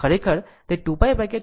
ખરેખર તે 2π 2 T નથી